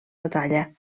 batalla